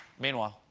meanwhile!